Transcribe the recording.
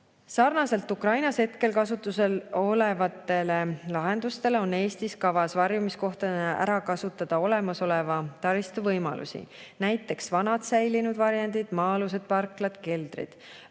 Sarnaselt Ukrainas hetkel kasutusel olevate lahendustega on Eestis kavas varjumiskohtadena ära kasutada olemasoleva taristu võimalusi. Näiteks, vanad säilinud varjendid, maa-alused parklad, keldrid.